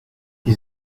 qui